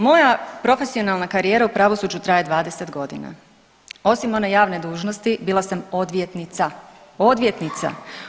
Moja profesionalna karijera u pravosuđu traje 20 godina, osim one javne dužnosti bila sam odvjetnica, odvjetnica.